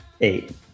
eight